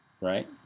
right